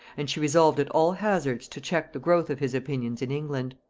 and she resolved at all hazards to check the growth of his opinions in england.